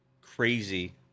crazy